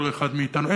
כל אחד מאתנו,